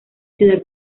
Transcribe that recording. ciudad